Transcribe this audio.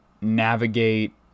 navigate